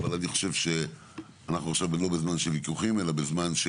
אבל אני חושב שאנחנו עכשיו לא בזמן של ויכוחים אלא בזמן של,